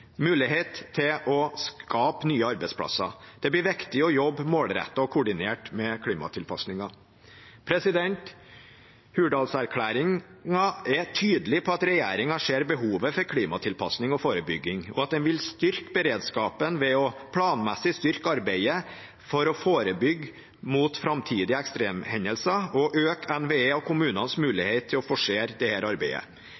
til å skape nye arbeidsplasser. Det blir viktig å jobbe målrettet og koordinert med klimatilpasninger. Hurdalsplattformen er tydelig på at regjeringen ser behovet for klimatilpasning og forebygging, og at den vil styrke beredskapen ved planmessig å styrke arbeidet for å forebygge mot framtidige ekstremhendelser, øke NVE og kommunenes